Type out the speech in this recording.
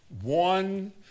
one